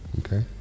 Okay